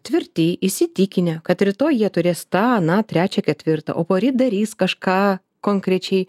tvirti įsitikinę kad rytoj jie turės tą aną trečią ketvirtą o poryt darys kažką konkrečiai